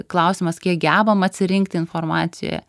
klausimas kiek gebam atsirinkti informacijoje